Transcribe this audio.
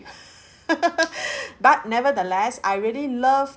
but nevertheless I really loved